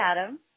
adam